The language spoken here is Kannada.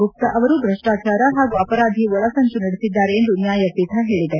ಗುಪ್ತಾ ಅವರು ಭ್ರಷ್ಲಾಚಾರ ಹಾಗೂ ಅಪರಾಧಿ ಒಳ ಸಂಚು ನಡೆಸಿದ್ದಾರೆ ಎಂದು ನ್ಯಾಯಪೀಠ ಹೇಳಿದೆ